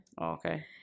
Okay